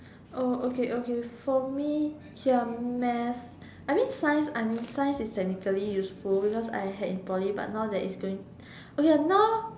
oh okay okay for me ya math I mean science I mean science is technically useful because I had in Poly but now that is going okay now